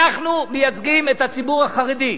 אנחנו מייצגים את הציבור החרדי,